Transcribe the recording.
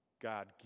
God